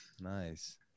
Nice